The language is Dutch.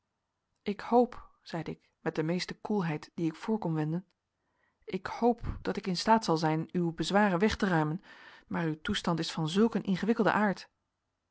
ik hoop zeide ik met de meeste koelheid die ik voor kon wenden ik hoop dat ik in staat zal zijn uw bezwaren weg te ruimen maar uw toestand is van zulk een ingewikkelden aard